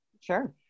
Sure